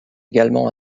également